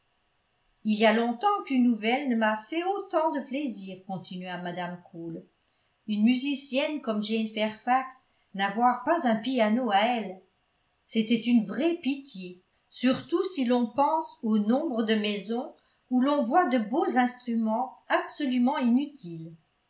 il y a longtemps qu'une nouvelle ne m'a fait autant de plaisir continua mme cole une musicienne comme jane fairfax n'avoir pas un piano à elle c'était une vraie pitié surtout si l'on pense au nombre de maisons où l'on voit de beaux instruments absolument inutiles